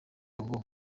ngo